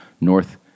North